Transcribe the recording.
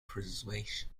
preservation